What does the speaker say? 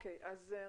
בסדר.